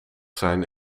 zijn